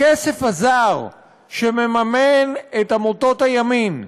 הכסף הזר שמממן את עמותות הימין,